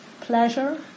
pleasure